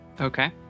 Okay